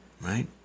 right